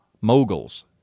moguls